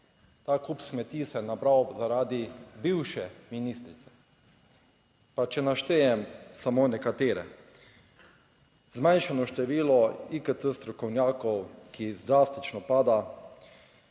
Ta kup smeti se je nabral zaradi bivše ministrice. Pa če naštejem samo nekatere: zmanjšano število IKT strokovnjakov, ki drastično pada,